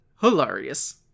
hilarious